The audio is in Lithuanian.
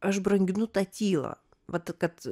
aš branginu tą tylą vat kad